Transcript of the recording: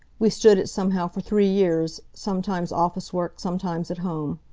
we stood it, somehow, for three years, sometimes office work, sometimes at home.